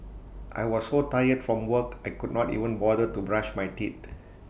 I was so tired from work I could not even bother to brush my teeth